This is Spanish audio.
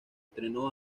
entrenó